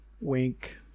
wink